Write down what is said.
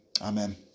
Amen